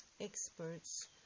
experts